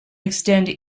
extend